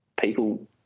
people